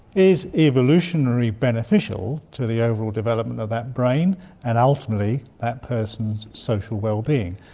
is evolutionary beneficial to the overall development of that brain and ultimately that person's social wellbeing.